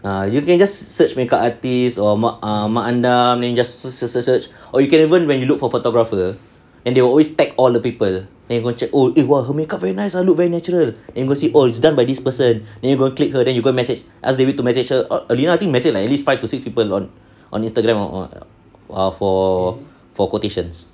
ah you can just search makeup artist or mak andam then you just search search search or you can even when you look for photographer and they will always tag all the people then you go and check oh !wah! her makeup very nice ah look very natural and you go see oh it's done by this person then you go click her then you go and message ask dewi to message her alina I think messaged like at least five to six people on on Instagram err for for quotations